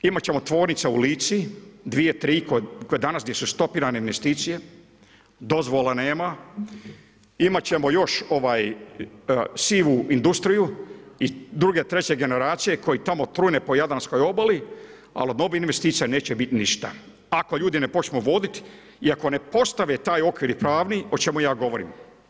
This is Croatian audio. Imat ćemo tvornice u Lici dvije, tri koje danas gdje su stopirane investicije, dozvola nema, imat ćemo još sivu industriju i druge, treće generacije koje tamo trune po Jadranskoj obali, ali od novih investicija neće biti ništa ako ljudi ne počnu voditi i ako ne postave taj pravni okvir o čemu ja govorim.